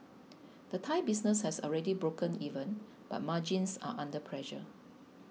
the Thai business has already broken even but margins are under pressure